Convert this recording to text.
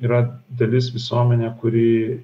yra dalis visuomenė kuri